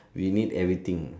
we need everything